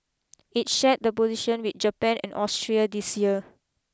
it shared the position with Japan and Austria this year